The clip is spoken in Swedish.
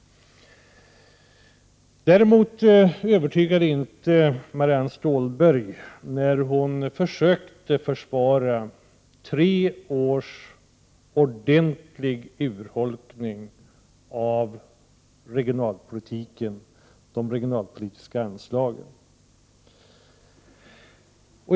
Däremot övertygade inte Marianne Stålberg, när hon försökte försvara tre års ordentlig urholkning av de regionalpolitiska anslagen.